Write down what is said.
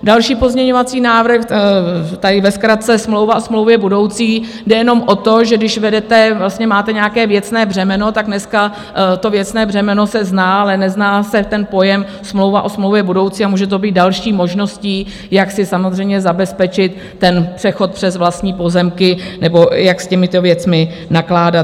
Další pozměňovací návrh, tady ve zkratce smlouva o smlouvě budoucí jde jenom o to, že když vedete, vlastně máte nějaké věcné břemeno, tak dneska to věcné břemeno se zná, ale nezná se pojem smlouva o smlouvě budoucí, a může to být další možností, jak si samozřejmě zabezpečit přechod přes vlastní pozemky nebo jak s těmito věcmi nakládat.